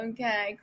Okay